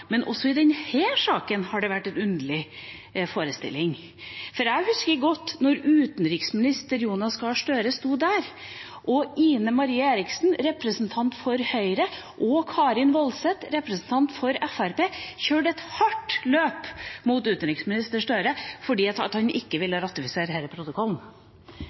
Men også i denne saken har det vært en underlig forestilling, for jeg husker godt da utenriksminister Jonas Gahr Støre sto her, og Ine M. Eriksen Søreide, representant for Høyre, og Karin Woldseth, representant for Fremskrittspartiet, kjørte et hardt løp mot utenriksminister Støre fordi han ikke ville ratifisere denne protokollen.